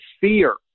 fear